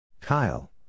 Kyle